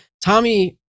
Tommy